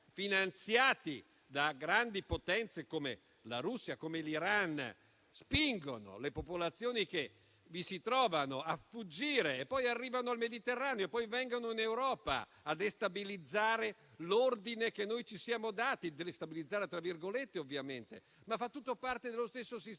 finanziati da grandi potenze come la Russia o l'Iran spingono le popolazioni che vi si trovavano a fuggire e poi arrivano al Mediterraneo e poi vengono in Europa a "destabilizzare" l'ordine che noi ci siamo dati, fa tutto parte dello stesso sistema.